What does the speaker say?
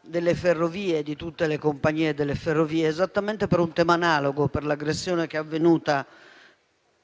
delle ferrovie (di tutte le compagnie delle ferrovie) esattamente per un tema analogo, cioè per l'aggressione che è avvenuta